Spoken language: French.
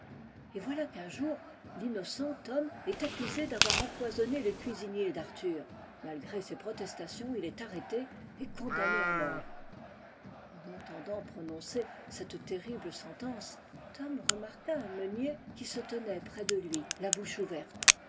et voilà qu'un jour tinnocent tom est accusé d'avoir empoisonné le cuisinier d'arthur malgré ses protestations il est arrêté et condamné à mort en entendant prononcer cette terrible sentence tom remarqua un meunier qui se tenait près de lui la bouche ouverte